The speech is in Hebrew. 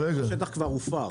כנראה שהשטח כבר הופר,